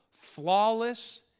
flawless